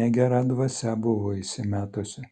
negera dvasia buvo įsimetusi